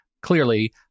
clearly